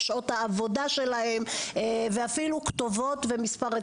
לשעות עבודה ואפילו גם כתובות ומספרי